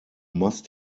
must